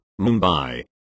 Mumbai